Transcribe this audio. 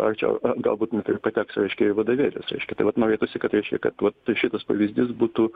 arčiau galbūt net ir pateks reiškia į vadovėlius reiškia tai vat norėtųsi kad reiškia kad vat šitas pavyzdys būtų